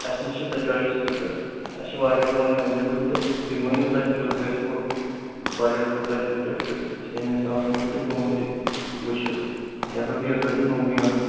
اَسہِ نِش چھِ سۄ چایِس تہِ تہٕ اَسہِ چھِ واریاہ فون اٮ۪ویلیبٕل تہِ تُہۍ ؤنِو تۄہہِ کیُتھ گژھِوٕ بجٹ کوٗتاہ چھُو تۄہہِ تہٕ تَمہِ حساب تھاوو أسۍ تۄہہِ فون تہِ وٕچھِتھ اگر تُۍ یژھان چھُو نوٚوُے اَنو